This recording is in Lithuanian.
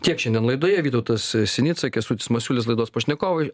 tiek šiandien laidoje vytautas sinica kęstutis masiulis laidos pašnekovai